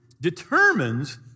determines